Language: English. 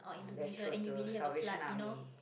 oh that's true to Salvation Army